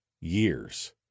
years